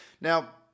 Now